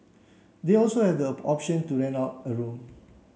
they also have the option to rent out a room